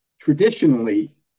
traditionally